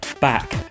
back